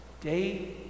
day